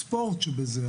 הספורט שבזה,